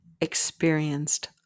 experienced